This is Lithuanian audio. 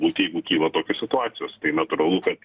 būt jeigu kyla tokios situacijos tai natūralu kad